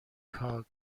کاگب